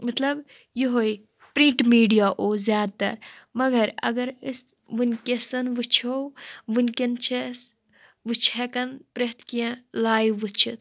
مطلب یِہوٚے print media اوس زیادٕ تر مگر اگر أسۍ وٕنۍکٮ۪سَن وٕچھو وٕنۍکٮ۪ن چھِ اَسہِ وٕ چھِ ہٮ۪کان پرٛٮ۪تھ کیٚنٛہہ لایِو وٕچھِتھ